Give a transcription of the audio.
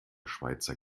schweizer